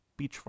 beachfront